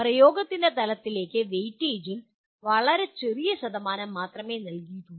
പ്രയോഗത്തിന്റെ തലത്തിലേക്ക് വെയിറ്റേജിൽ വളരെ ചെറിയ ശതമാനം മാത്രമേ നൽകിയിട്ടുള്ളൂ